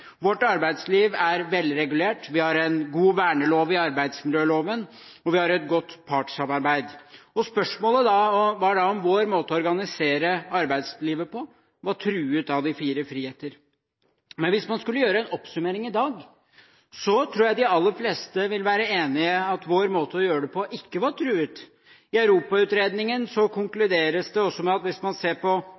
Vårt arbeidsliv er velregulert, vi har en god vernelov i arbeidsmiljøloven, og vi har et godt partssamarbeid. Spørsmålet var da om vår måte å organisere arbeidslivet på var truet av de fire friheter. Hvis man skulle gjøre en oppsummering i dag, tror jeg de aller fleste vil være enige i at vår måte å gjøre det på ikke var truet. I Europautredningen konkluderes det også med at hvis man ser på